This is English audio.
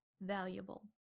valuable